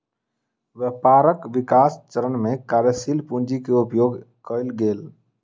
व्यापारक विकास चरण में कार्यशील पूंजी के उपयोग कएल गेल